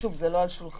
שוב, זה לא על שולחננו.